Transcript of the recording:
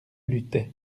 luttaient